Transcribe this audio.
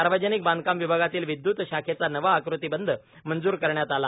सार्वजनिक बांधकाम विभागातील विदयुत शाखेचा नवा आकृतीबंध मंजूर करण्यात आला